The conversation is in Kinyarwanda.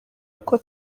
ariko